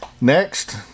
Next